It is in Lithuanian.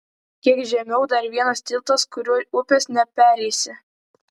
kiek žemiau dar vienas tiltas kuriuo upės nepereisi